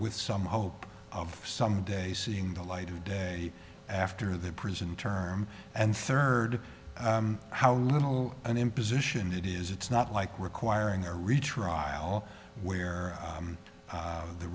with some hope of someday seeing the light of day after the prison term and third how little an imposition it is it's not like requiring a retrial where